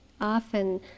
Often